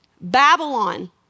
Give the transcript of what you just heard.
Babylon